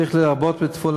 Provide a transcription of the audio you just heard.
צריך להרבות בתפילה.